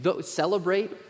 celebrate